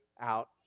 out